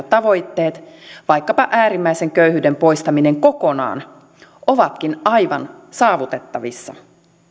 tavoitteet vaikkapa äärimmäisen köyhyyden poistaminen kokonaan ovatkin aivan saavutettavissa